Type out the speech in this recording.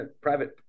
private